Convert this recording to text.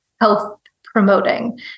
health-promoting